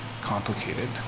complicated